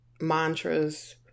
mantras